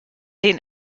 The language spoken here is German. den